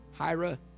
Hira